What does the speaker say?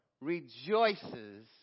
rejoices